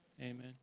Amen